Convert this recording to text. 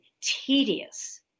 tedious